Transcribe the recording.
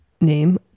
name